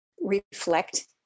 reflect